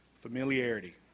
Familiarity